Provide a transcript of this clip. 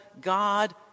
God